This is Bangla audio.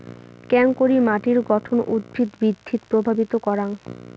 কেঙকরি মাটির গঠন উদ্ভিদ বৃদ্ধিত প্রভাবিত করাং?